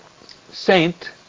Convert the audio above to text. Saint